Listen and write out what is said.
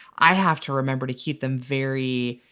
i have to remember to keep them very